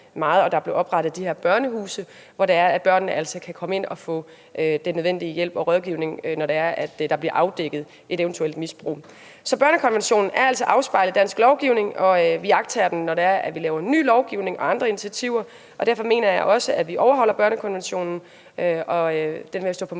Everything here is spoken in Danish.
og der blev oprettet de her børnehuse, hvor det er, at børnene kan komme ind og få den nødvendige hjælp og rådgivning, når der bliver afdækket et eventuelt misbrug. Så børnekonventionen er altså afspejlet i dansk lovgivning, og vi iagttager den, når vi laver ny lovgivning og andre initiativer. Derfor mener jeg, at vi overholder børnekonventionen, og den vil jeg også stå på mål